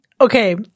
Okay